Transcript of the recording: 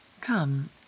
Come